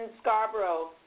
Scarborough